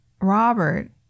Robert